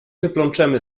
wyplączemy